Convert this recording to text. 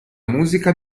musica